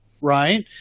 right